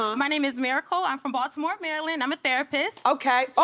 um my name is miracle. i'm from baltimore, maryland. i'm a therapist. okay,